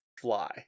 fly